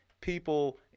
people –